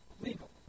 legal